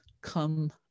come